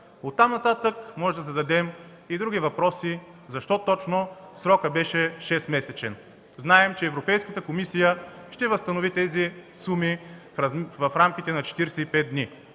Оттам-нататък можем да зададем и други въпроси – защо срокът беше точно шестмесечен? Знаем, че Европейската комисия ще възстанови сумите в рамките на 45 дни.